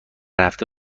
هفته